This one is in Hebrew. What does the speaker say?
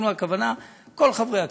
אנחנו, הכוונה, כל חברי הכנסת.